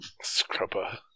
Scrubber